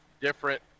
different